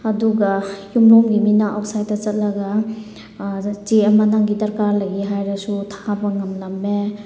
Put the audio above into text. ꯑꯗꯨꯒ ꯏꯃꯨꯡꯒꯤ ꯃꯤꯅ ꯑꯥꯎꯠꯁꯥꯏꯠꯇ ꯆꯠꯂꯒ ꯆꯦ ꯑꯃ ꯅꯪꯒꯤ ꯗꯔꯀꯥꯔ ꯂꯩꯌꯦ ꯍꯥꯏꯔꯁꯨ ꯊꯥꯕ ꯉꯝꯂꯝꯃꯦ